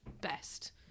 best